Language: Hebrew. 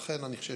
לכן, אני חושב